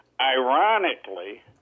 Ironically